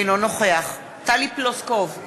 אינו נוכח טלי פלוסקוב,